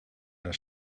der